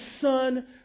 son